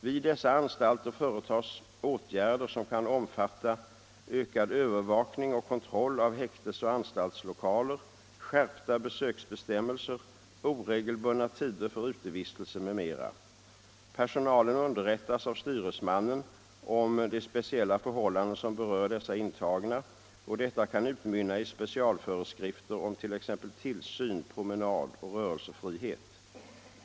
Vid dessa anstalter företas åtgärder, som kan omfatta ökad övervakning och kontroll av häktesoch anstaltslokaler, skärpta besöksbestämmelser, oregelbundna tider för utevistelse m.m. Personalen underrättas av styresmannen om de speciella förhållanden som berör dessa intagna, och detta kan utmynna i specialföreskrifter om t.ex. tillsyn, promenad och rörelsefrihet.